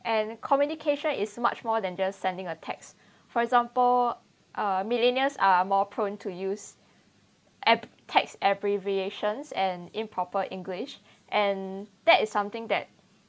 and communication is much more than just sending a text for example uh millennials are more prone to use ab~ text abbreviations and improper english and that is something that